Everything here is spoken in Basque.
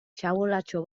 txabolatxo